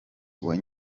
w’i